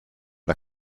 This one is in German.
der